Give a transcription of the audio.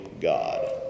God